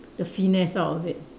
the finesse out of it